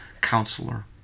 Counselor